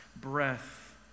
breath